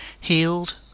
Healed